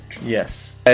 Yes